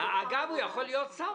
אגב, הוא יכול להיות שר.